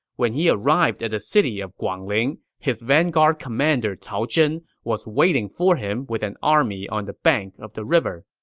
when he arrived at the city of guangling, his vanguard commander cao zhen was waiting for him with an army on the bank of the river.